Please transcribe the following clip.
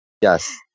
Yes